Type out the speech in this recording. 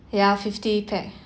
ya fifty pax